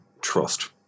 trust